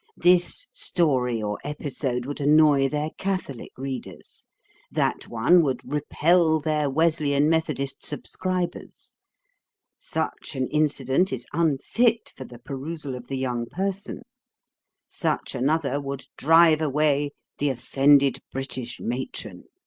this story or episode would annoy their catholic readers that one would repel their wesleyan methodist subscribers such an incident is unfit for the perusal of the young person such another would drive away the offended british matron.